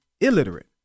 illiterate